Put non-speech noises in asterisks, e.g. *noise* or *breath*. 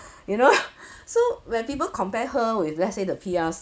you know *breath* so when people compare her with let's say the P_R